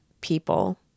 people